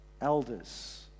elders